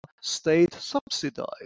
state-subsidized